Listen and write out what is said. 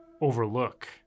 overlook